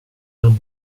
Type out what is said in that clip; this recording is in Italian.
non